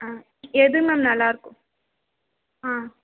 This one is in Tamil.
ஆ எது மேம் நல்லாருக்கும் ஆ